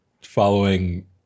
following